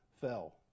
fell